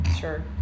Sure